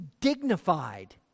dignified